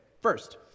first